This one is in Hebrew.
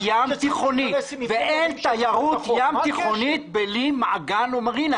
אין תיירות ים תיכונית בלי מעגן או מרינה.